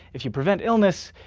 if you prevent illness,